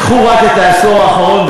קחו רק את העשור האחרון.